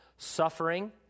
suffering